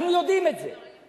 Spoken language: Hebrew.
אנחנו יודעים את זה.